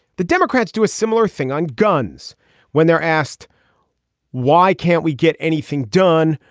the democrats do a similar thing on guns when they're asked why can't we get anything done.